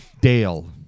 Dale